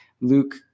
Luke